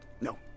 No